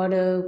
और